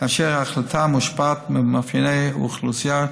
כאשר ההחלטה מושפעת ממאפייני האוכלוסייה,